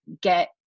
get